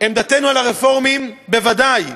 עמדתנו על הרפורמים, בוודאי.